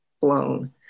blown